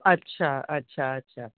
अच्छा अच्छा अच्छा